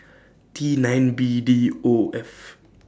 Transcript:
T nine B D O F